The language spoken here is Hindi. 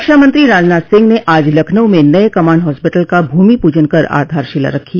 रक्षा मंत्री राजनाथ सिंह ने आज लखनऊ में नये कमांड हास्पिटल का भूमि पूजन कर आधारशिला रखी